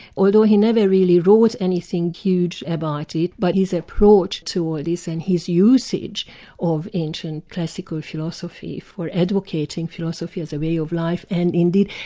although he never really wrote anything huge about it, but his approach to all this and his usage of ancient classical philosophy for advocating philosophy as a way of life, and indeed,